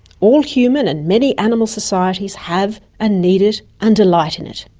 all human and many animal societies have and need it and delight in it.